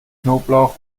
knoblauch